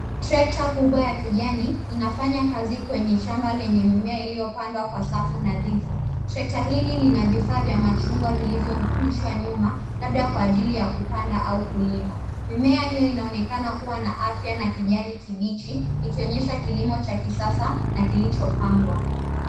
Trekta kubwa ya kijani inafanya kazi kwenye shamba yenye mimea iliyopandwa kwa safu nadhifu. Trekta hili lina vifaa vya machungwa vilivyorundishwa nyuma labda kwa ajili ya kupanda au kulima. Mimea hiyo inaonekana kuwa na afya na kijani kibichi ikionyesha kilimo cha kisasa na kilichopangwa.